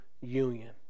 union